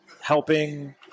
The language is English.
helping